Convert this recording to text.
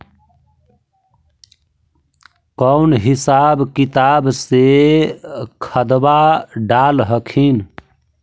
कौन हिसाब किताब से खदबा डाल हखिन?